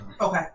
Okay